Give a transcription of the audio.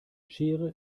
schere